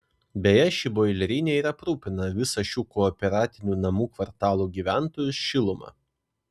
beje ši boilerinė ir aprūpina visą šių kooperatinių namų kvartalų gyventojus šiluma